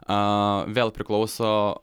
aaa vėl priklauso